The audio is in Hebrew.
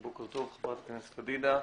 בוקר טוב חברת הכנסת פדידה.